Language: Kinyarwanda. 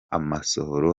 amasohoro